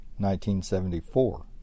1974